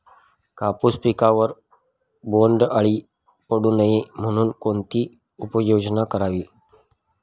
कापूस पिकावर बोंडअळी पडू नये म्हणून कोणती उपाययोजना करावी?